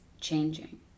changing